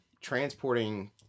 transporting